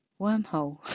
wormhole